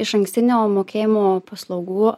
išankstinio mokėjimo paslaugų